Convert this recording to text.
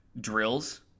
drills